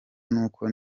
n’uko